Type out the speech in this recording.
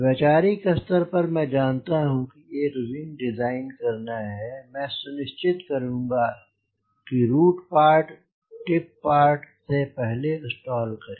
वैचारिक स्तर पर मैं जनता हूँ कि एक विंग डिज़ाइन करना है मैं सुनिश्चित करूँगा की रूट पार्ट टिप पार्ट से पहले स्टाल करे